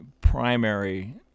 primary